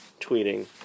tweeting